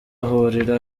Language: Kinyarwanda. ahurira